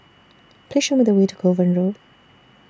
Please Show Me The Way to Kovan Road